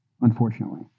unfortunately